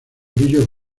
brillo